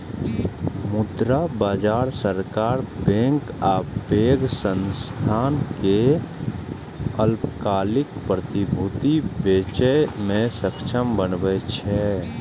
मुद्रा बाजार सरकार, बैंक आ पैघ संस्थान कें अल्पकालिक प्रतिभूति बेचय मे सक्षम बनबै छै